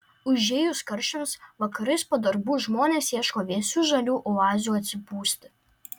užėjus karščiams vakarais po darbų žmonės ieško vėsių žalių oazių atsipūsti